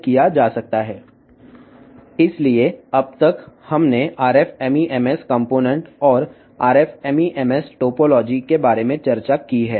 కాబట్టి ఇప్పటివరకు మనము RF MEMS భాగాలు మరియు RF MEMS టోపోలాజీ గురించి చర్చించాము